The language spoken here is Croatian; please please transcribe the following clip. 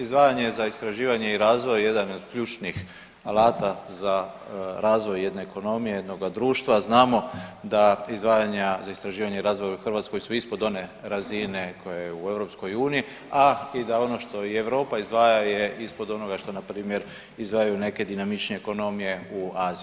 Izdvajanje za istraživanje i razvoj je jedan od ključnih alata za razvoj jedne ekonomije jednoga društva, a znamo da izdvajanja za istraživanja i razvoj u Hrvatskoj su ispod one razine koja je u EU, a i da ono što i Europa izdvaja je ispod onoga što npr. izdvajaju neke dinamičnije ekonomije u Aziji.